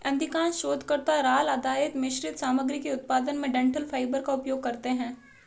अधिकांश शोधकर्ता राल आधारित मिश्रित सामग्री के उत्पादन में डंठल फाइबर का उपयोग करते है